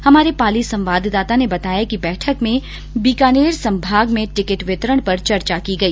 हमारे पाली संवाददाता ने बताया कि बैठक में बीकानेर संभाग में टिकट वितरण पर चर्चा की गई